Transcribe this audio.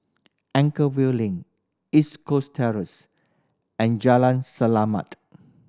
Anchorvale Link East Coast Terrace and Jalan Selamat